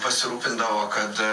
pasirūpindavo kad